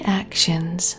actions